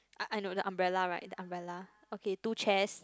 I I know the umbrella right the umbrella okay two chairs